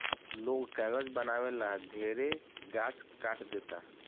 लोग कागज बनावे ला ढेरे गाछ काट देता